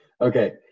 Okay